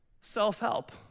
self-help